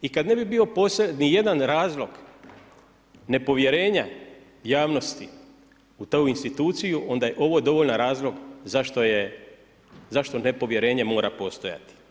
I kad ne bi bio ... ni jedan razlog nepovjerenja javnosti u tu instituciju, onda je ovo dovoljan razlog zašto nepovjerenje mora postojati.